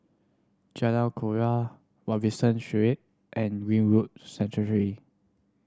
Jalan Kelawar Robinson Suite and Greenwood Sanctuary